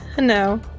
No